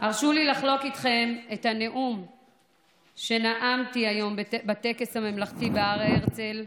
הרשו לי לחלוק איתכם את הנאום שנאמתי היום בטקס הממלכתי בהר הרצל,